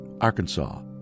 Arkansas